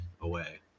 away